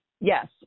Yes